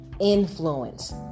influence